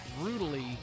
brutally